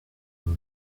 l’on